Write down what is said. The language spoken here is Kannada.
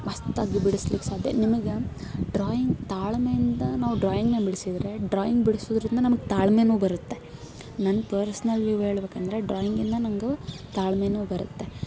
ಮಸ್ತಾಗಿ ಬಿಡಿಸ್ಲಿಕ್ಕೆ ಸಾಧ್ಯ ನಿಮಗೆ ಡ್ರಾಯಿಂಗ್ ತಾಳ್ಮೆಯಿಂದ ನಾವು ಡ್ರಾಯಿಂಗ್ನ ಬಿಡಿಸಿದ್ರೆ ಡ್ರಾಯಿಂಗ್ ಬಿಡ್ಸೋದ್ರಿಂದ ನಮಗೆ ತಾಳ್ಮೆಯೂ ಬರುತ್ತೆ ನನ್ನ ಪರ್ಸ್ನಲ್ ವ್ಯೂವ್ ಹೇಳಬೇಕಂದ್ರೆ ಡ್ರಾಯಿಂಗಿಂದ ನನ್ಗೂ ತಾಳ್ಮೆಯೂ ಬರುತ್ತೆ